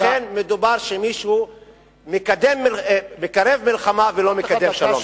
לכן, מדובר במישהו שמקרב מלחמה, ולא מקדם שלום.